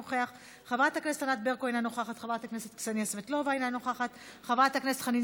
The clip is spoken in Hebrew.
חברת הכנסת שרן השכל, אינה נוכחת, חבר הכנסת יהודה